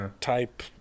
type